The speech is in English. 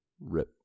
rip